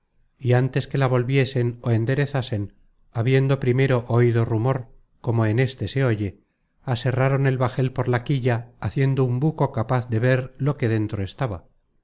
y ántes que la volviesen ó enderezasen habiendo primero oido rumor como en éste se oye aserraron el bajel por la quilla haciendo un buco capaz de ver lo que dentro estaba